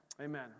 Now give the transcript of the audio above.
Amen